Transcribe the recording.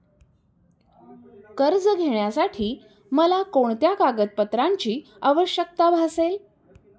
कर्ज घेण्यासाठी मला कोणत्या कागदपत्रांची आवश्यकता भासेल?